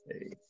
Hey